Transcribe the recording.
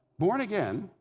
born again?